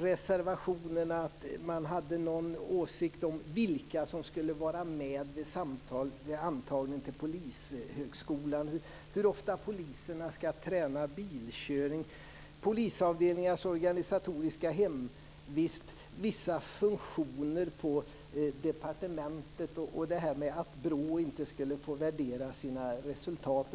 reservationerna läste jag ut att man hade åsikter om vilka som skulle vara med vid antagningen till Polishögskolan, hur ofta poliserna ska träna bilkörning, polisavdelningars organisatoriska hemvist, vissa funktioner på departementet och att BRÅ inte skulle få värdera sina resultat.